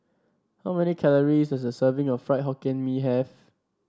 how many calories does a serving of Fried Hokkien Mee have